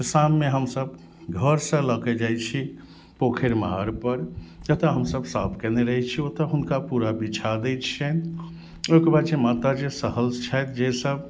तऽ शाममे हमसब घरसँ लऽके जाइ छी पोखरि माहर पर जतऽ हमसब साफ केने रहै छी ओतऽ हुनका पूरा बिछा दै छियनि ओहिके बाद जे माता जे सहल छथि जे सब